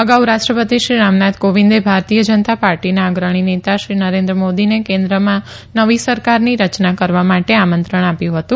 અગાઉ રાષ્ટ્રપતિ રામનાથ કોવિંદે ભારતીય જનતા પાર્ટીના અગ્રણી નેતા શ્રી નરેન્દ્ર મોદીને કેન્દ્રમાં નવી સરકારની રચના કરવા માટે આમંત્રણ આપ્યું હતું